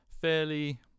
fairly